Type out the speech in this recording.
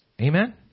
Amen